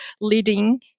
leading